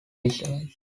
missiles